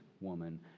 woman